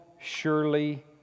surely